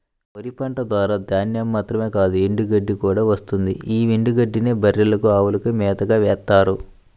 వరి పంట ద్వారా ధాన్యం మాత్రమే కాదు ఎండుగడ్డి కూడా వస్తుంది యీ ఎండుగడ్డినే బర్రెలకు, అవులకు మేతగా వేత్తారు